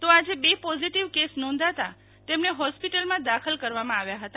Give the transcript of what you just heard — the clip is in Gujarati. તો આજે બે પોઝીટીવ કેસ નોંધાતા તેમને હોસ્પિટલમાં દાખલ કરવામાં આવ્યા હતા